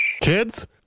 Kids